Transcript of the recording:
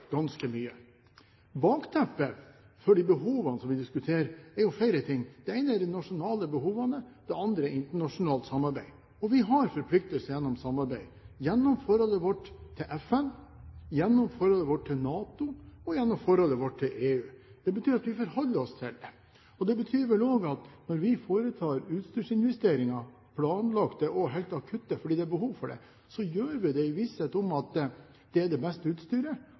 ganske mye. Bakteppet for de behovene som vi diskuterer, er flere ting. Det ene er de nasjonale behovene, det andre er internasjonalt samarbeid. Vi har forpliktelser gjennom samarbeid – gjennom forholdet vårt til FN, gjennom forholdet vårt til NATO og gjennom forholdet vårt til EU. Det betyr at vi forholder oss til dem. Det betyr vel også at når vi foretar utstyrsinvesteringer – planlagte og helt akutte fordi det er behov for det – gjør vi det i visshet om at det er det beste utstyret,